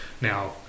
Now